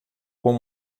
com